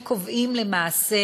הם קובעים למעשה